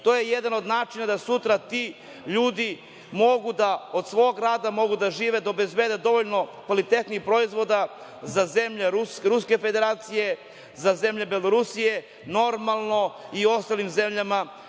To je jedan od načina da sutra ti ljudi mogu da od svog rada žive, da obezbede dovoljno kvalitetnih proizvoda za zemlje Ruske Federacije, za zemlje Belorusije i ostalim zemljama